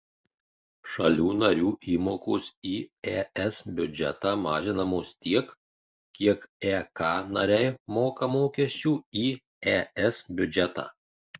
šalių narių įmokos į es biudžetą mažinamos tiek kiek ek nariai moka mokesčių į es biudžetą